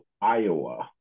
Iowa